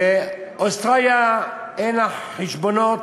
אוסטרליה, אין לה חשבונות,